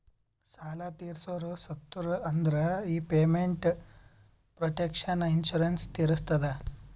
ಸಾಲಾ ತೀರ್ಸೋರು ಸತ್ತುರ್ ಅಂದುರ್ ಈ ಪೇಮೆಂಟ್ ಪ್ರೊಟೆಕ್ಷನ್ ಇನ್ಸೂರೆನ್ಸ್ ತೀರಸ್ತದ